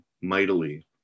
mightily